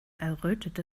errötete